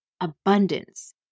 abundance